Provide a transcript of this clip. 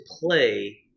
play